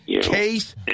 Case